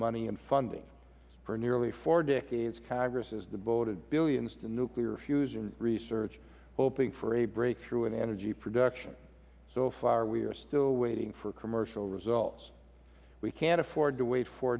money and funding for nearly four decades congress devoted billions to nuclear fusion research hoping for a breakthrough in energy production so far we are still waiting for commercial results we can't afford to wait fo